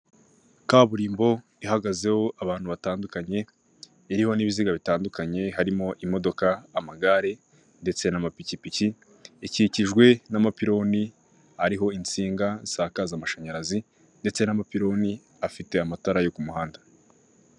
Kaburimbo ihagazeho abantu batandukanye iriho n'ibiziga bitandukanye harimo imodoka amagare ndetse n'amapikipiki, ikikijwe n'amapironi ariho insinga zisakaza amashanyarazi, ndetse n'amapiruni afite amatara yo ku muhanda.